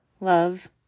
Love